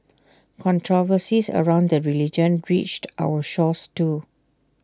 controversies around the religion reached our shores too